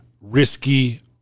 risky